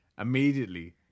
Immediately